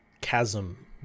chasm